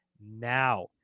now